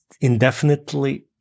indefinitely